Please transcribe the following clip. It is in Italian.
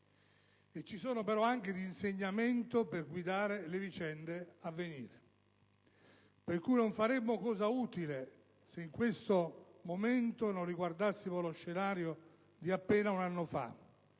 ci sono però anche di insegnamento per guidare le vicende a venire. Per cui non faremmo cosa utile se in questo momento non riguardassimo lo scenario di appena un anno fa: